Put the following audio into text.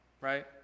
right